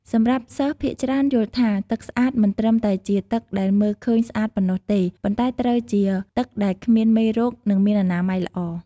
សម្រាប់សិស្សភាគច្រើនយល់ថា ទឹកស្អាតមិនត្រឹមតែជាទឹកដែលមើលឃើញស្អាតប៉ុណ្ណោះទេ ប៉ុន្តែត្រូវជាទឹកដែលគ្មានមេរោគនិងមានអនាម័យល្អ។